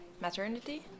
maternity